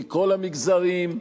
מכל המגזרים,